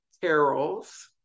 carols